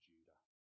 Judah